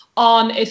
On